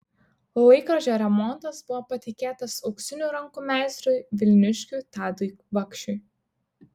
laikrodžio remontas buvo patikėtas auksinių rankų meistrui vilniškiui tadui kvakšiui